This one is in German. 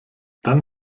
dann